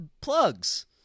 plugs